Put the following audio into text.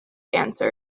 answered